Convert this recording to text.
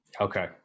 Okay